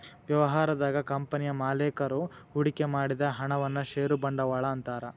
ವ್ಯವಹಾರದಾಗ ಕಂಪನಿಯ ಮಾಲೇಕರು ಹೂಡಿಕೆ ಮಾಡಿದ ಹಣವನ್ನ ಷೇರ ಬಂಡವಾಳ ಅಂತಾರ